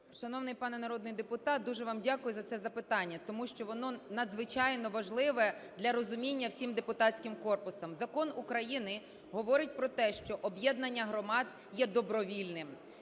Шановний пане народний депутат. Дуже вам дякую за це запитання, тому що воно надзвичайно важливе для розуміння всьому депутатському корпусу. Закон України говорить про те, що об'єднання громад є добровільним.